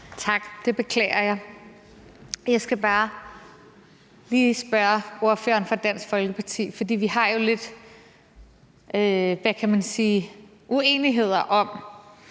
Tak. Det beklager jeg. Jeg skal bare lige spørge ordføreren for Dansk Folkeparti om noget, for vi har jo lidt, hvad kan